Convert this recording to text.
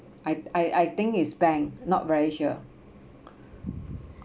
I I I think is bank not very sure